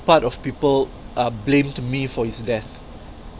part of people uh blamed me for his death